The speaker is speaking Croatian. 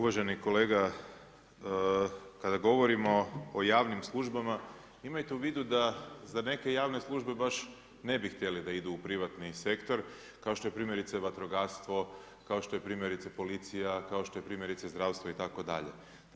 Uvaženi kolega kada govorimo o javnim službama imajte u vidu da za neke javne službe baš ne bi htjeli da idu u privatni sektor kao što je primjerice vatrogastvo, kao što je primjerice policija, kao što je primjerice zdravstvo i tako dalje.